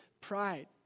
pride